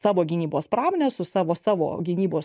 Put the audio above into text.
savo gynybos pramonę su savo savo gynybos